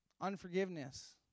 unforgiveness